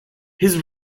his